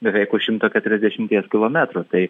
beveik už šimto keturiasdešimties kilometrų tai